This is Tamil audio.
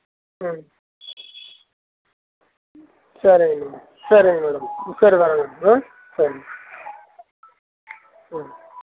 ம் சரிங்க மேம் சரிங்க மேடம் சரி வர்றேங்க ஆ சரிங்க ம்